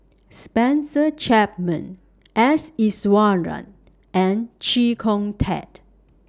Spencer Chapman S Iswaran and Chee Kong Tet